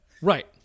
Right